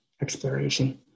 exploration